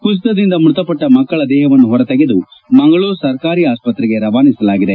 ಕುಸಿತದಿಂದ ಮೃತಪಟ್ಟ ಮಕಳ ದೇಹವನ್ನು ಹೊರತೆಗೆದು ಮಂಗಳೂರು ಸರ್ಕಾರಿ ಆಸ್ಪತೆಗೆ ರವಾನಿಸಲಾಗಿದೆ